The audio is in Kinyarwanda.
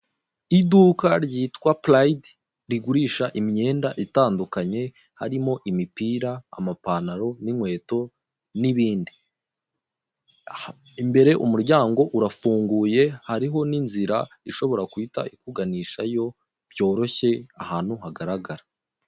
Iduka ryitwa Pride rigurisha imyenda itandukanye harimo imipira, amapantaro n'inkweto n'ibindi. Imbere umuryango urafunguye hariho n'inzira ishobora guhita ikuganishayo byoroshye ahantu hagaragara.